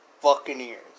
Buccaneers